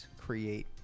create